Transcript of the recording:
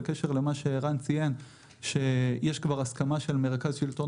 ערן ציין שיש כבר הסכמה של מרכז השלטון